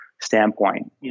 standpoint